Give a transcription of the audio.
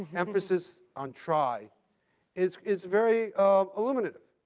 emphasis on try is is very illuminative